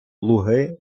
луги